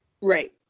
Right